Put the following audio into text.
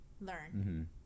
Learn